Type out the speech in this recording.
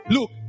Look